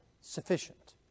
sufficient